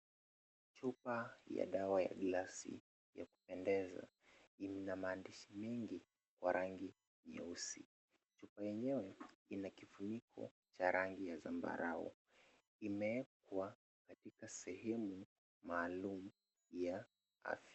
Chupa ya dawa ya glasi ya kupendeza ina maandishi mengi kwa rangi nyeusi. Chupa yenyewe ina kifuniko ya rangi ya zambarau imewekwa katika sehemu maalum ya afya.